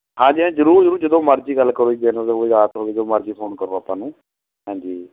ਹਾਂਜੀ ਹਾਂਜੀ ਜ਼ਰੂਰ ਜ਼ਰੂਰ ਜਦੋਂ ਮਰਜ਼ੀ ਗੱਲ ਕਰੋ ਦਿਨ ਹੋਵੇ ਰਾਤ ਹੋਵੇ ਜਦੋਂ ਮਰਜ਼ੀ ਫੋਨ ਕਰੋ ਆਪਾਂ ਨੂੰ ਹਾਂਜੀ